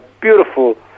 beautiful